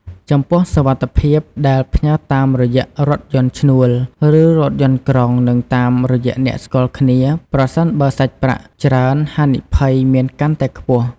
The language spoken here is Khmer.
ចំពោះសុវត្ថិភាពប្រាក់ដែលបានផ្ញើរតាមរយៈរថយន្តឈ្នួល ឬរថយន្តក្រុងនិងតាមរយៈអ្នកស្គាល់គ្នា ប្រសិនបើសាច់ប្រាក់ច្រើនហានិភ័យមានកាន់តែខ្ពស់។